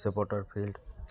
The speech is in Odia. ସେପଟର ଫିଲ୍ଡ